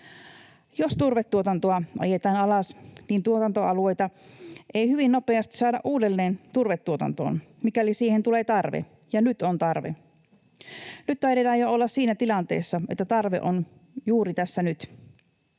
Jos turvetuotantoa ajetaan alas, niin tuotantoalueita ei hyvin nopeasti saada uudelleen turvetuotantoon, mikäli siihen tulee tarve. Ja nyt on tarve — nyt taidetaan olla jo siinä tilanteessa, että tarve on juuri tässä nyt.